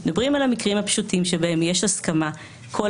אנחנו מדברים על מקרים פשוטים שבהם יש הסכמה; שכל